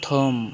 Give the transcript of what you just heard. प्रथम